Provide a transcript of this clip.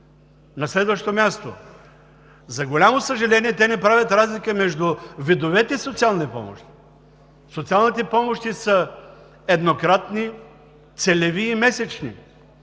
На следващо място, за голямо съжаление, те не правят разлика между видовете социални помощи. Социалните помощи са еднократни, целеви и месечни.